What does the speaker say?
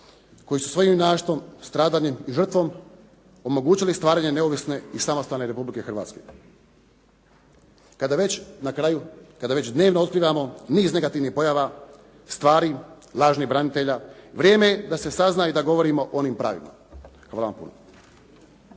koji su svojim junaštvom, stradanjem i žrtvom omogućili stvaranje neovisne i samostalne Republike Hrvatske. Kada već na kraju, kada već dnevno otkrivamo niz negativnih pojava, stvari, lažnih branitelja, vrijeme je da se sazna i da govorimo o onim pravima. Hvala vam puno.